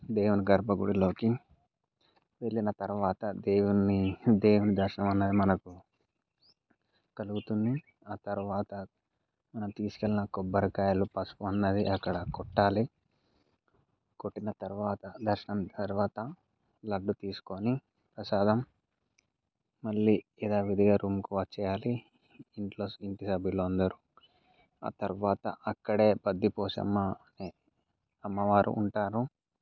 దేవుని గర్భగుడిలోకి వెళ్ళిన తర్వాత దేవుని దేవుని దర్శనం అనేది మనకు కలుగుతుంది ఆ తర్వాత మనం తీసుకెళ్ళిన కొబ్బరికాయలు పసుపన్నది అక్కడ కొట్టాలి కొట్టిన తర్వాత దర్శనం తర్వాత లడ్డు తీసుకొని ప్రసాదం మళ్ళీ యధావిధిగా రూమ్కి వచ్చేయాలి ఇంట్లో ఇంటి సభ్యులందరూ ఆ తర్వాత అక్కడే బద్ది పోచమ్మ అనే అమ్మవారు ఉంటారు